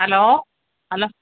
hello hello